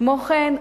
כמו כן,